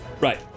Right